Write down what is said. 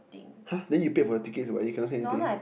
!huh! then you paid for the tickets but you cannot see anything